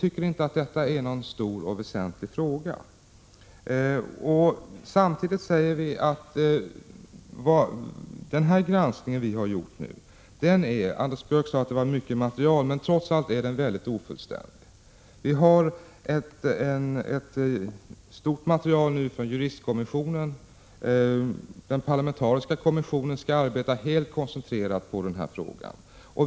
Vi anser inte att detta är någon väsentlig fråga. Anders Björck sade att det rör sig om mycket material, men trots allt är den granskning som gjorts väldigt ofullständig. Vi har nu fått ett omfattande material från juristkommissionen, och den parlamentariska kommissionen skall koncentrerat arbeta med frågan.